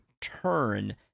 turn